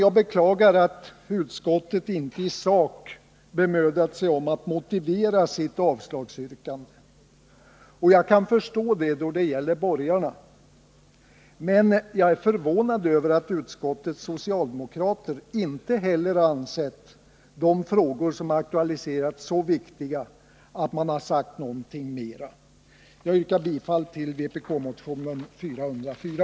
Jag beklagar att utskottet inte i sak bemödat sig om att motivera sitt avstyrkande. Jag kan förstå att borgarna inte gjort det, men jag är förvånad över att inte heller utskottets socialdemokrater har anse't de frågor som aktualiserats så viktiga att de har sagt någonting mera. Jag yrkar bifall till vpk-motionen nr 404.